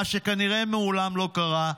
מה שכנראה מעולם לא קרה,